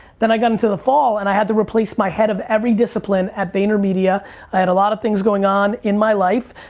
then i got into the fall and i had to replace my head of every discipline at vaynermedia, i had a lot of things going on in my life,